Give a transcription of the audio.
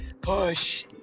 push